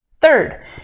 Third